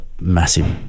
massive